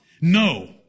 No